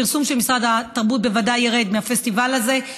הפרסום של משרד התרבות בוודאי ירד מהפסטיבל הזה.